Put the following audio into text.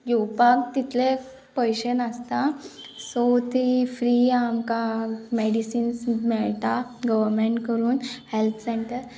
घेवपाक तितले पयशे नासता सो ती फ्री आमकां मेडिसिन्स मेळटा गव्हर्मेंट करून हेल्थ सेंटर